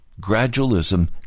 Gradualism